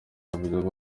yavuze